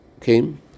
came